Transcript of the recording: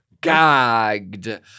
gagged